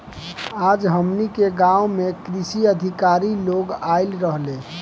आज हमनी के गाँव में कृषि अधिकारी लोग आइल रहले